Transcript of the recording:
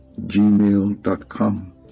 gmail.com